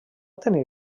tenir